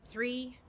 Three